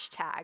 hashtag